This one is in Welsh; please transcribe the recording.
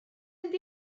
mynd